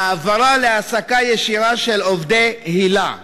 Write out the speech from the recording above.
העברה להעסקה ישירה של עובדי היל"ה.